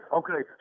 okay